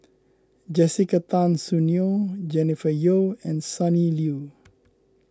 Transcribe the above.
Jessica Tan Soon Neo Jennifer Yeo and Sonny Liew